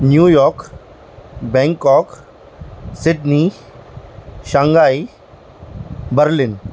New York Bangkok Sydney Shanghai Berlin